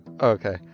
Okay